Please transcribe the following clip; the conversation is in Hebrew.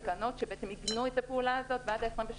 תקנות שעיגנו את הפעולה הזאת ועד ה-22